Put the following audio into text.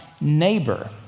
neighbor